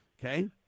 Okay